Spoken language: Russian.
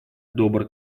добр